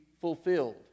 fulfilled